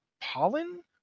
pollen